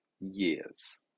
years